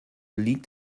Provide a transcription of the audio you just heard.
liegt